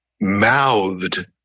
mouthed